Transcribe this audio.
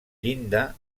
llinda